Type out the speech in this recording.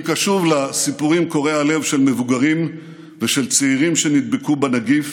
אני קשוב לסיפורים קורעי הלב של מבוגרים ושל צעירים שנדבקו בנגיף